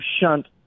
shunt